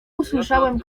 usłyszałem